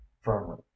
firmly